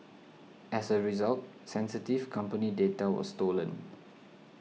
as a result sensitive company data was stolen